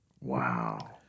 wow